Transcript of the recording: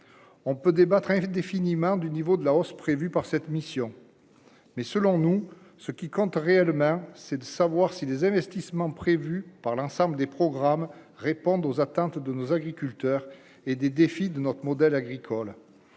on peut débattre indéfiniment du niveau de la hausse prévue par cette mission mais selon nous, ce qui compte réellement, c'est de savoir si les investissements prévus par l'ensemble des programmes répondent aux attentes de nos agriculteurs et des défis de notre modèle agricole,